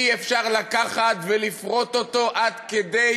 אי-אפשר לקחת ולפרוט אותו עד כדי